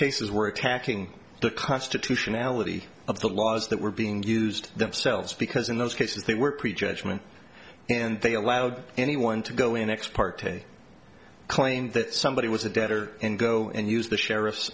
cases were attacking the constitutionality of the laws that were being used themselves because in those cases they were prejudgment and they allowed anyone to go in ex parte claim that somebody was a debtor and go and use the sheriff's